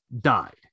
died